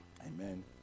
Amen